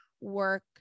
work